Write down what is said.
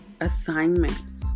assignments